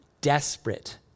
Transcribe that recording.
desperate